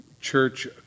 church